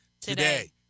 Today